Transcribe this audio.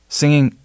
singing